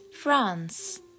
France